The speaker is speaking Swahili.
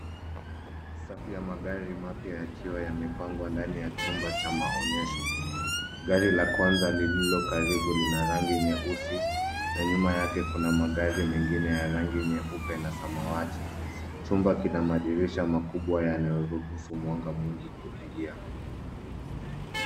Safu ya magari mapya yakiwa yamepangwa ndani ya chumba cha maonyesho. Gari la kwanza lililokaribu lina rangi nyeusi na nyuma yake kuna magari mengine ya rangi nyeupe na samawati. Chumba kina madirisha makubwa yanayoruhusu mwanga mwingi kuingia.